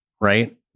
right